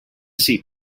seat